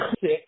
Sick